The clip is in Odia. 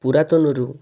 ପୁରାତନରୁ